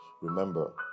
remember